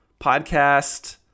Podcast